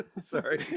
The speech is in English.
Sorry